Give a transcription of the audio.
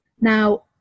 Now